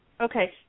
Okay